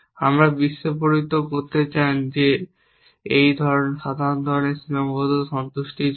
আমরা বিস্ফোরিত করতে চান যে সাধারণ ধরনের সীমাবদ্ধতা সন্তুষ্টি সমস্যা জন্য